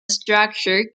structure